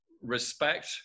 respect